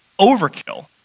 overkill